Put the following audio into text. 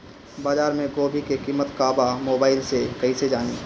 बाजार में गोभी के कीमत का बा मोबाइल से कइसे जानी?